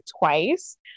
twice